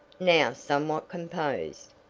now somewhat composed.